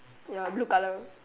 ya blue colour